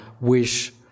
wish